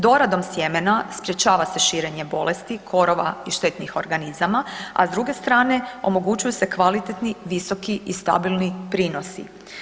Doradom sjemena sprječava se širenje bolesti, korova i štetnih organizama, a s druge strane, omogućuju se kvalitetni, visoki i stabilni prinosi.